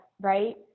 right